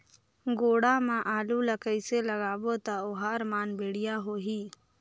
गोडा मा आलू ला कइसे लगाबो ता ओहार मान बेडिया होही?